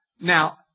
Now